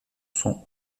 son